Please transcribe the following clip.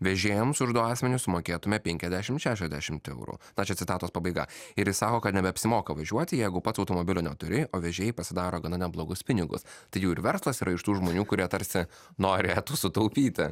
vežėjams už du asmenis sumokėtume penkiasdešim šešiasdešimt eurų na čia citatos pabaiga ir į sąvoką nebeapsimoka važiuoti jeigu pats automobilio neturi o vežėjai pasidaro gana neblogus pinigus tai jau ir verslas yra iš tų žmonių kurie tarsi norėtų sutaupyti